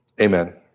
amen